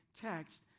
text